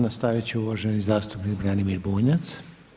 Nastavit će uvaženi zastupnik Branimir Bunjac.